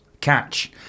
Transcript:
catch